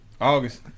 August